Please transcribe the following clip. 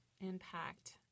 impact